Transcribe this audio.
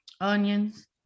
onions